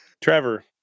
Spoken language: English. Trevor